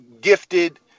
gifted